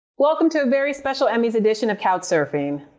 welcome to a very special emmy's edition of couch surfing.